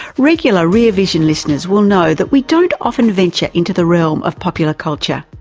regular rear vision listeners will know that we don't often venture into the realm of popular culture,